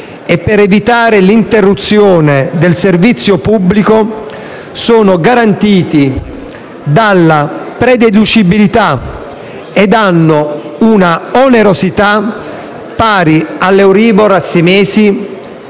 e per evitare l'interruzione del servizio pubblico, sono garantiti dalla prededucibilità e hanno danno un'onerosità pari all'Euribor a sei mesi